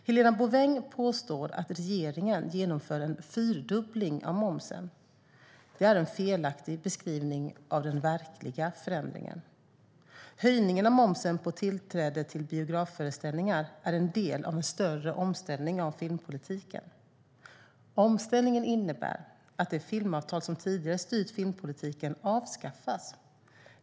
Helena Bouveng påstår att regeringen genomför en fyrdubbling av momsen. Det är en felaktig beskrivning av den verkliga förändringen. Höjningen av momsen på tillträde till biografföreställningar är en del av en större omställning av filmpolitiken. Omställningen innebär att det filmavtal som tidigare styrt filmpolitiken avskaffas.